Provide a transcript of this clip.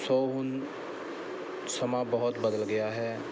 ਸੋ ਹੁਣ ਸਮਾਂ ਬਹੁਤ ਬਦਲ ਗਿਆ ਹੈ